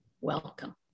welcome